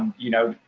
you know,